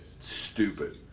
stupid